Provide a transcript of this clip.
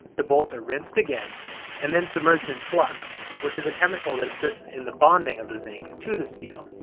the bolts are rinsed again and then submerged in flux which is a chemical that assists in the bonding of the zinc to the steel.